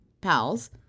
pals